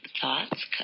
thoughts